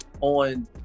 on